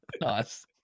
Nice